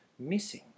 Missing